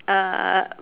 uh